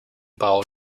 bau